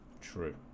True